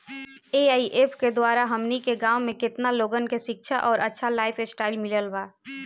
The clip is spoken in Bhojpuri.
ए.आई.ऐफ के द्वारा हमनी के गांव में केतना लोगन के शिक्षा और अच्छा लाइफस्टाइल मिलल बा